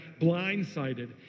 blindsided